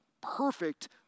perfect